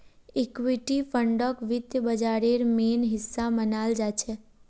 equity फंडक वित्त बाजारेर मेन हिस्सा मनाल जाछेक